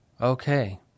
Okay